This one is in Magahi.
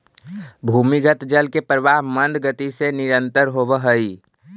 भूमिगत जल के प्रवाह मन्द गति से निरन्तर होवऽ हई